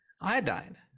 iodine